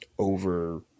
over